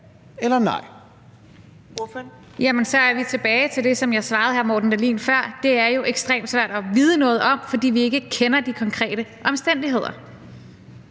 eller nej?